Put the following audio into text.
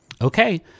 Okay